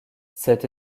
cette